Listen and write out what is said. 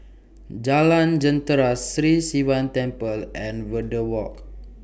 Jalan Jentera Sri Sivan Temple and Verde Walk